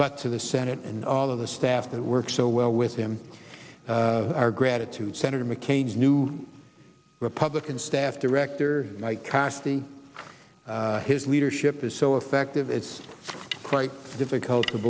but to the senate and all of the staff that work so well with him our gratitude senator mccain's new republican staff director mike cassidy his leadership is so effective it's quite difficult to